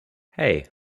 hey